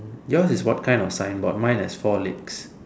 yours is what kind of signboard mine is four legs